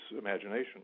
imagination